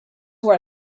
were